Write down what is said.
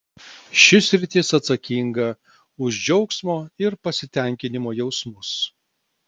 ši sritis atsakinga už džiaugsmo ir pasitenkinimo jausmus